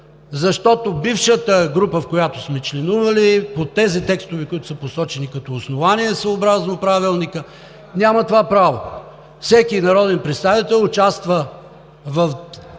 защото бившата група, в която сме членували, по тези текстове, които са посочени като основание съобразно Правилника, няма това право. Всеки народен представител участва в една